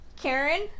Karen